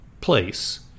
place